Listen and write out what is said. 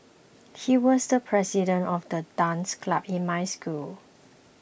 he was the president of the dance club in my school